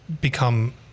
become